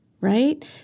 right